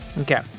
Okay